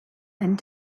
and